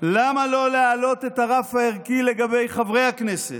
למה לא להעלות את הרף הערכי לגבי חברי הכנסת,